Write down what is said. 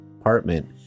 apartment